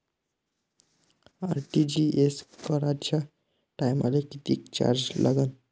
RTGS कराच्या टायमाले किती चार्ज लागन?